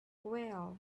well